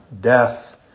death